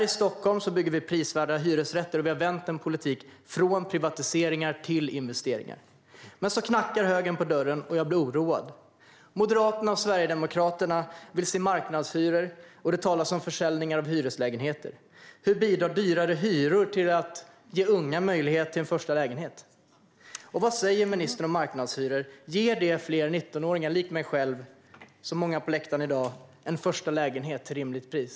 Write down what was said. I Stockholm bygger man prisvärda hyresrätter, och vi har vänt en politik från privatiseringar till investeringar. Men så knackar högern på dörren, och jag blir oroad. Moderaterna och Sverigedemokraterna vill se marknadshyror och det talas om försäljningar av hyreslägenheter. Hur bidrar högre hyror till att ge unga möjlighet till en första lägenhet? Och vad säger ministern om marknadshyror? Ger det fler 19-åringar, likt mig själv och många på läktaren i dag, en första lägenhet till rimligt pris?